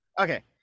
Okay